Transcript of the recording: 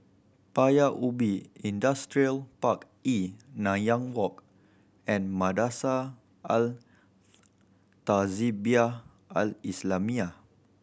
Paya Ubi Industrial Park E Nanyang Walk and Madrasah Al Tahzibiah Al Islamiah